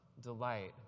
delight